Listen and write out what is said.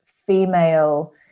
female